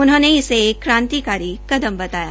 उन्होंने इसे एक क्रांतिकारी कदम बताया